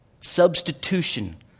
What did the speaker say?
substitution